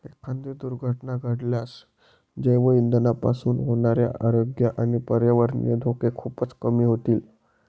एखादी दुर्घटना घडल्यास जैवइंधनापासून होणारे आरोग्य आणि पर्यावरणीय धोके खूपच कमी होतील